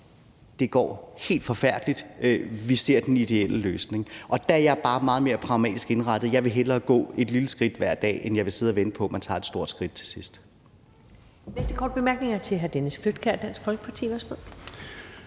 det går helt forfærdeligt, og at vi ser den ideelle løsning. Der er jeg bare meget mere pragmatisk indrettet. Jeg vil hellere gå et lille skridt hver dag, end jeg vil sidde og vente på, at man til sidst tager et stort skridt. Kl.